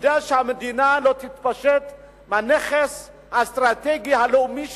כדאי שהמדינה לא תתפשט מהנכס האסטרטגי הלאומי שלה.